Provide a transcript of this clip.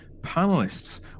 panelists